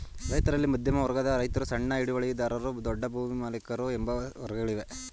ರೈತರಲ್ಲಿ ಮಧ್ಯಮ ವರ್ಗದ ರೈತರು, ಸಣ್ಣ ಹಿಡುವಳಿದಾರರು, ದೊಡ್ಡ ಭೂಮಾಲಿಕರು ಎಂಬ ವರ್ಗಗಳಿವೆ